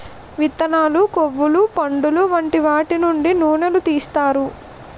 విత్తనాలు, కొవ్వులు, పండులు వంటి వాటి నుండి నూనెలు తీస్తారు